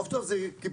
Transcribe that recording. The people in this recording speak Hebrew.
עוף טוב זה קיבוצים.